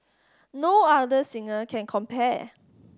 no other singer can compare